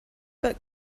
but